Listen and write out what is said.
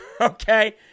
Okay